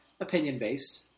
opinion-based